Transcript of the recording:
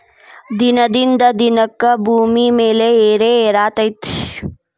ದಿನದಿಂದ ದಿನಕ್ಕೆ ಭೂಮಿ ಬೆಲೆ ಏರೆಏರಾತೈತಿ